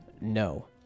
No